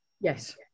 Yes